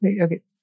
Okay